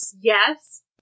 Yes